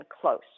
close